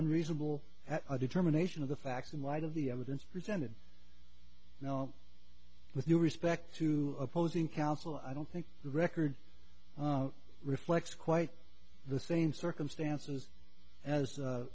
unreasonable determination of the facts in light of the evidence presented with new respect to opposing counsel i don't think the record reflects quite the same circumstances as